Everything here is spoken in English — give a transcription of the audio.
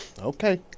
okay